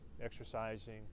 exercising